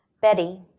Betty